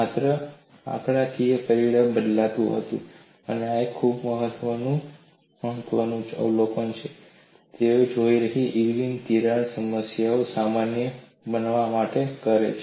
માત્ર આંકડાકીય પરિબળ બદલાતું હતું અને આ એક ખૂબ જ મહત્વપૂર્ણ અવલોકન છે જેનો ઉપયોગ ઇરવિન તિરાડ સમસ્યાઓને સામાન્ય બનાવવા માટે કરે છે